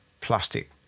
plastic